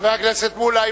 חבר הכנסת מולה,